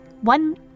one